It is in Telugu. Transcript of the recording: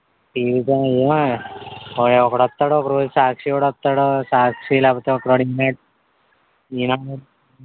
జీవితం ఏమి ఒకడొత్తాడు ఒకరోజు సాక్షివత్తాడు సాక్షి లేకపోతే ఒకరోజు ఈనాడు